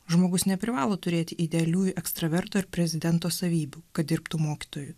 žmogus neprivalo turėti idealių ekstraverto ar prezidento savybių kad dirbtų mokytoju